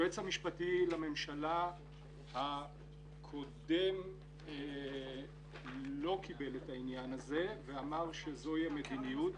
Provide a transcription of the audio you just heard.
היועץ המשפטי לממשלה הקודם לא קיבל את העניין הזה ואמר שזוהי המדיניות.